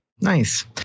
nice